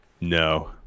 No